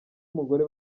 umugore